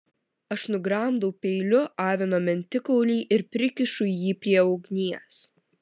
aš nugramdau peiliu avino mentikaulį ir prikišu jį prie ugnies